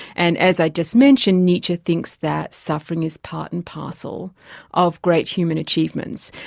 and as i just mentioned, nietzsche thinks that suffering is part and parcel of great human achievements.